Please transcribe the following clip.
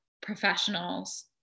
professionals